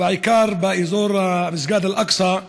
ובעיקר באזור מסגד אל-אקצא,